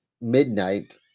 midnight